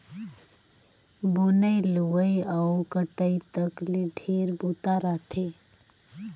बुनई, लुवई अउ कटई तक ले ढेरे बूता रहथे